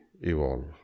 evolve